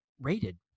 rated